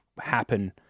happen